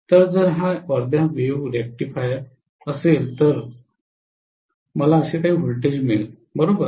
तर जर हा अर्ध्या वेव्ह रेक्टिफायर असेल तर मला असे काही व्होल्टेज मिळेल बरोबर